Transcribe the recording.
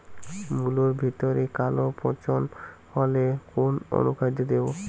মুলোর ভেতরে কালো পচন হলে কোন অনুখাদ্য দেবো?